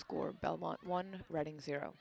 score belmont one reading zero